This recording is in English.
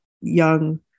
young